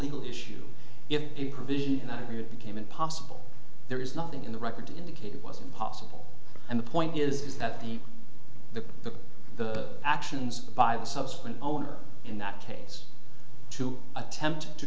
legal issue if the provision of your became impossible there is nothing in the record to indicate it was impossible and the point is that the the the the actions by the subsequent owner in that case to attempt to